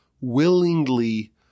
willingly